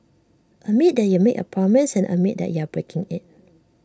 admit that you made A promise and admit that you are breaking IT